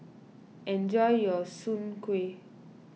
enjoy your Soon Kway